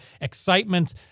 excitement